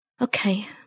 Okay